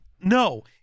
no